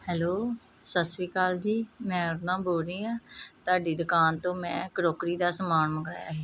hello ਸਤਿ ਸ਼੍ਰੀ ਅਕਾਲ ਜੀ ਮੈਂ ਅਰੁਨਾ ਬੋਲ ਰਹੀ ਹਾਂ ਤੁਹਾਡੀ ਦੁਕਾਨ ਤੋਂ ਮੈਂ ਕਰੋਕਰੀ ਦਾ ਸਮਾਨ ਮੰਗਵਾਇਆ ਸੀ